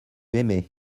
aimé